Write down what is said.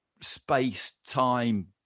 space-time